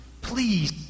Please